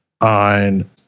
on